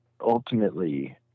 ultimately